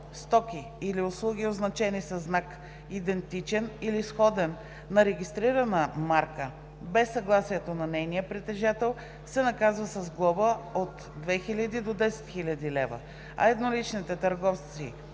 стоки или услуги, означени със знак, идентичен или сходен на регистрирана марка, без съгласието на нейния притежател, се наказва с глоба от 2000 до 10 000 лв., а едноличните търговци